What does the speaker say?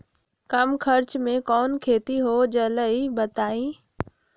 कम खर्च म कौन खेती हो जलई बताई?